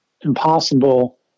impossible